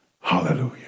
Hallelujah